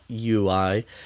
UI